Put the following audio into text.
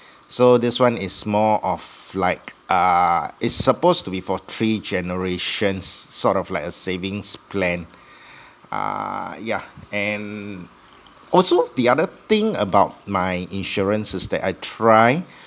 so this one is more of like uh is supposed to be for three generations sort of like a savings plan uh yeah and also the other thing about my insurance is that I try